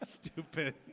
Stupid